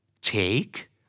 take